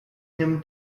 him